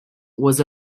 was